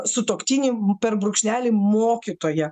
sutuoktinį per brūkšnelį mokytoją